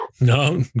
No